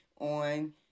on